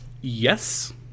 Yes